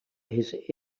his